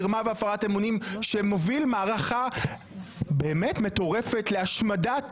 מרמה והפרת אמונים שמוביל מערכה באמת מטורפת להשמדת